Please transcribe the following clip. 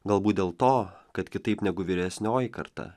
galbūt dėl to kad kitaip negu vyresnioji karta